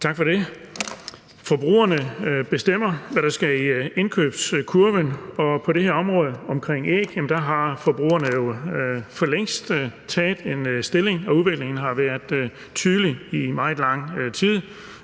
Tak for det. Forbrugerne bestemmer, hvad der skal i indkøbskurven, og på det her område med æg har forbrugerne jo for længst taget stilling, og udmeldingen har været tydelig i meget lang tid.